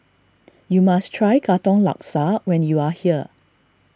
you must try Katong Laksa when you are here